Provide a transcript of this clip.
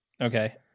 Okay